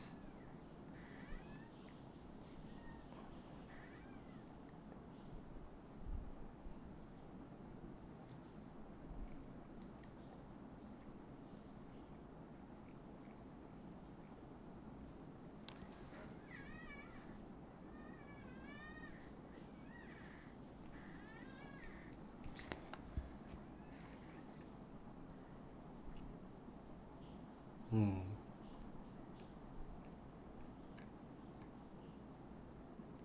mm